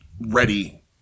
ready